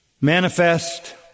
manifest